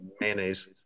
mayonnaise